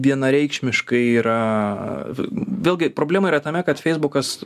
vienareikšmiškai yra vėlgi problema yra tame kad feisbukas